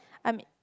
I'm